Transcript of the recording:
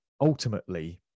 ultimately